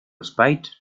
respite